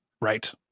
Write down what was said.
Right